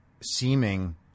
seeming